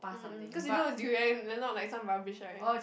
um um cause you know is durian and not like some rubbish right